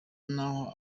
naho